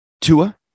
Tua